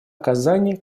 оказание